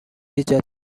ایجاد